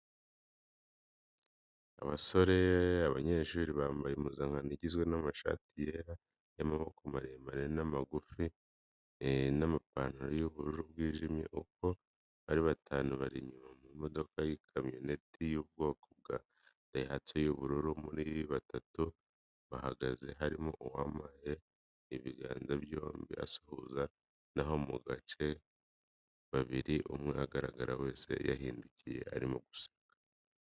Abasore b'abanyeshuri bambaye impuzankano igizwe n'amashati yera y'amaboko maremare n'amagufi n'amapantaro y'ubururu bwijimye. Uko ari batanu bari inyuma mu modoka y'ikamyoneti y'ubwoko bwa "DAIHATSU" y'ubururu. Muri batatu bahagaze harimo uwamanitse ibiganza byombi asuhuza, naho mu bicaye babiri, umwe ugaragara wese yahindukiye arimo araseka, utagaragara we ahetse agakapu k'amabara menshi. Imodoka irasa n'ihagaze ahantu hashinze amahema agaragara hejuru n'udusongero twayo.